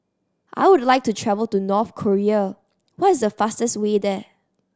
I would like to travel to North Korea what is the fastest way there